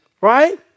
right